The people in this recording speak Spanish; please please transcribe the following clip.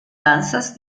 danzas